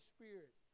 Spirit